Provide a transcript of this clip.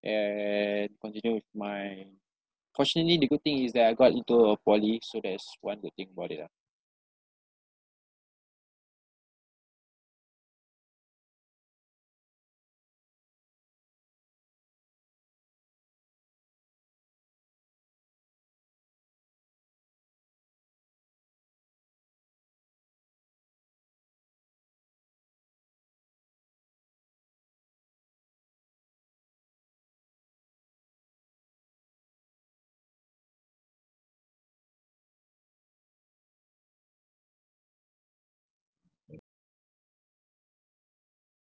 and continue with my fortunately the good thing is that I got into a poly so that is one good thing about it ah